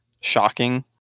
Shocking